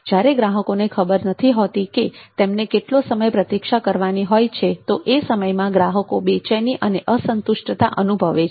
જ્યારે ગ્રાહકોને ખબર નથી હોતી કે તેમને કેટલો સમય પ્રતિક્ષા કરવાની હોય છે તો એ સમયમાં ગ્રાહકો બેચેની અને અસંતુષ્ટતા અનુભવે છે